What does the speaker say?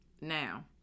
now